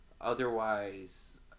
otherwise